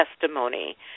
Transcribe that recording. testimony